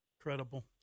Incredible